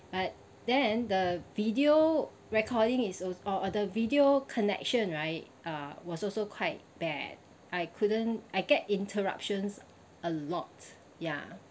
but then the video recording is als~ oh oh the video connection right uh was also quite bad I couldn't I get interruptions a lot ya